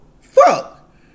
Fuck